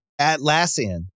Atlassian